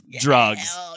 drugs